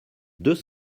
deux